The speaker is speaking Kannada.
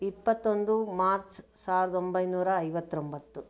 ಇಪತ್ತೊಂದು ಮಾರ್ಚ್ ಸಾವಿರದೊಂಬೈನೂರ ಐವತ್ತೊಂಬತ್ತು